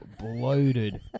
bloated